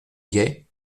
biais